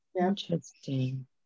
Interesting